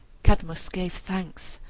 cadmus gave thanks,